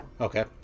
Okay